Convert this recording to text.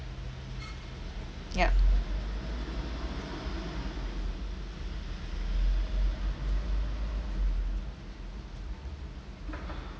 yup